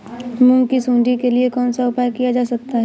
मूंग की सुंडी के लिए कौन सा उपाय किया जा सकता है?